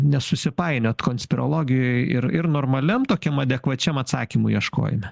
nesusipainioti konspirologijoj ir ir normaliam tokiam adekvačiam atsakymų ieškojome